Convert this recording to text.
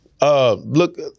Look